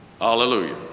Hallelujah